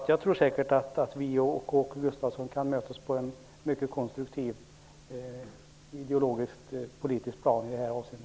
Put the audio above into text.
Jag tror att vi och Åke Gustavsson säkerligen kan komma att mötas på ett mycket konstruktivt ideologiskt och politiskt plan i detta avseende.